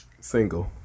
Single